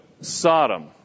Sodom